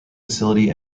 facility